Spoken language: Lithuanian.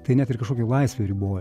tai net ir kažkokią laisvę riboja